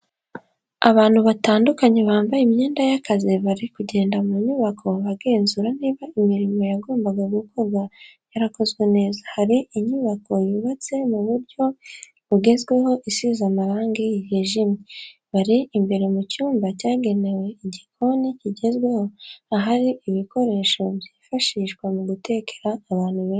Abantu batandukanye bambaye imyenda y'akazi barimo kugenda mu nyubako bagenzura niba imirimo yagombaga gukorwa yarakozwe neza, hari inyubako yubatse mu buryo bugezweho isize amarangi yijimye, bari imbere mu cyumba cyagenewe igikoni kigezweho ahari ibikoresho byifashishwa mu gutekera abantu benshi.